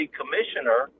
commissioner